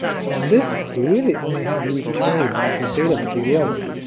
so on disk, we really only have these twenty bytes of data that we wrote,